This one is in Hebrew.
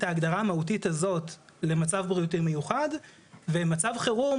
ההגדרה המהותית הזאת למצב בריאותי מיוחד ומצב חירום